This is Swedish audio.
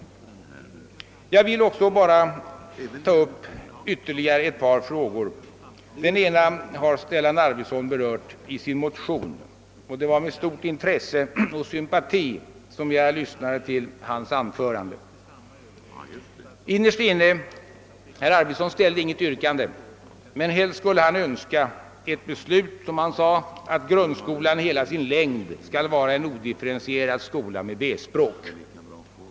Jag vill ytterligare ta upp ett par frågor. Den ena har Stellan Arvidson berört i sin motion, och det var med stort intresse och sympati som jag lyssnade till hans anförande. Herr Arvid son ställde inget yrkande, men han sade att han helst skulle önska ett beslut där grundskolan i hela sin längd skulle vara en odifferentierad skola med B-språk.